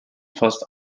fast